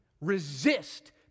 Resist